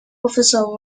officers